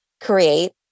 create